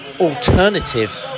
alternative